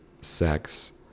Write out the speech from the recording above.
sex